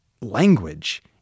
language